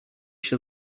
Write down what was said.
się